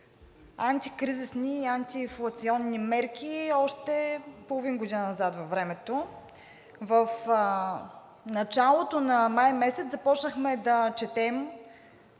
антикризисни и антиинфлационни мерки още половин година назад във времето. В началото на месец май започнахме да четем